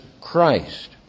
Christ